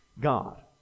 God